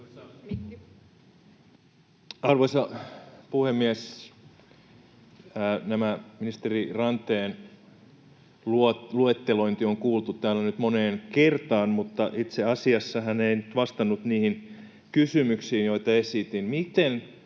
Arvoisa puhemies! Tämä ministeri Ranteen luettelointi on kuultu täällä nyt moneen kertaan, mutta itse asiassa hän ei nyt vastannut niihin kysymyksiin, joita esitin.